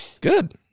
Good